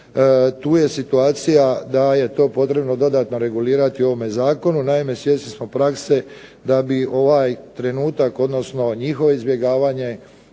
Tu je situacija da je to potrebno dodatno regulirati u ovome zakonu. Naime, svjesni smo prakse da bi ovaj trenutak, odnosno njihovo izbjegavanje